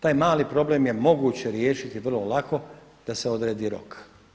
Taj mali problem je moguće riješiti vrlo lako da se odredi rok.